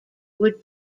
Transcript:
would